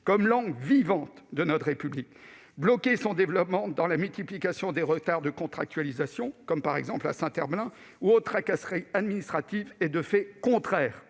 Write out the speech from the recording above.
comme langues vivantes de notre République. Bloquer son développement par la multiplication des retards de contractualisation, par exemple à Saint-Herblain, ou d'autres tracasseries administratives est, de fait, contraire